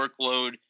workload